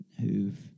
who've